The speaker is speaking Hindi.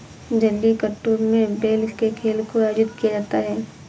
जलीकट्टू में बैल के खेल को आयोजित किया जाता है